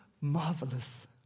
marvelous